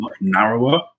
narrower